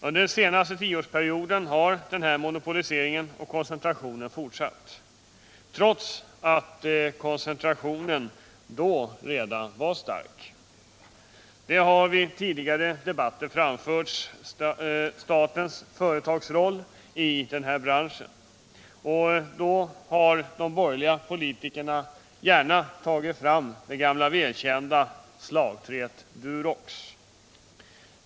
Under den senaste tioårsperioden har denna monopolisering och koncentration fortsatt, trots att koncentrationen då redan var stark. Vid tidigare debatter har statens företagarroll i denna bransch framhållits och då har de borgerliga politikerna gärna tagit till det gamla välkända slagträt Durox.